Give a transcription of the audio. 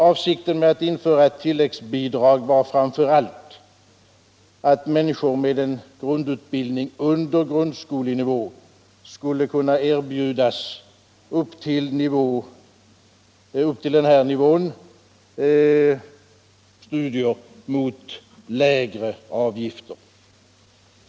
Avsikten med att införa ett tilläggsbidrag var framför allt att människor med en grundutbildning under grundskolenivå skulle kunna erbjudas studier upp till denna nivå mot lägre avgifter.